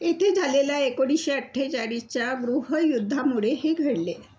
येथे झालेल्या एकोणीसशे अठ्ठेचाळीसच्या गृहयुद्धामुळे हे घडले